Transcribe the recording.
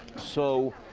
so,